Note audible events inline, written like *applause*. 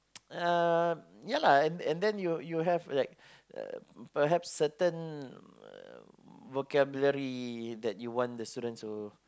*noise* uh ya lah and then you you have like um perhaps certain um vocabulary that you wants the students to